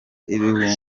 ibihumbi